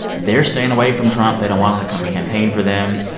they're staying away from trump. they don't want him to come campaign for them.